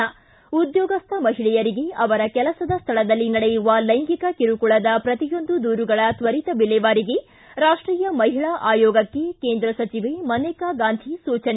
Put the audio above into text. ು ಉದ್ಯೋಗಸ್ನ ಮಹಿಳೆಯರಿಗೆ ಅವರ ಕೆಲಸದ ಸ್ಥಳದಲ್ಲಿ ನಡೆಯುವ ಲೈಂಗಿಕ ಕಿರುಕುಳದ ಪ್ರತಿಯೊಂದು ದೂರುಗಳ ತ್ವರಿತ ವಿಲೇವಾರಿಗೆ ರಾಷ್ಟೀಯ ಮಹಿಳಾ ಆಯೋಗಕ್ಕೆ ಕೇಂದ್ರ ಸಚಿವೆ ಮನೇಕಾ ಗಾಂಧಿ ಸೂಚನೆ